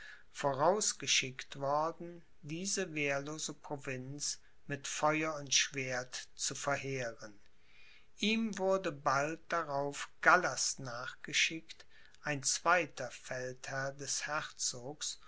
vorausgeschickt worden diese wehrlose provinz mit feuer und schwert zu verheeren ihm wurde bald darauf gallas nachgeschickt ein zweiter feldherr des herzogs